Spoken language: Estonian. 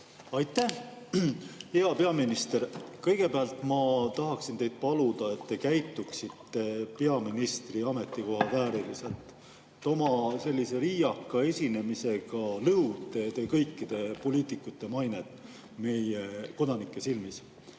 Aitäh! Hea peaminister! Kõigepealt ma tahaksin teid paluda, et te käituksite peaministri ametikoha vääriliselt. Oma sellise riiaka esinemisega lõhute te kõikide poliitikute mainet meie kodanike silmis. Aga